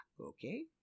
okay